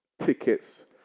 tickets